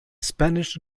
spanish